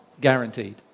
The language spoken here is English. Guaranteed